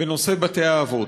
בנושא בתי-האבות.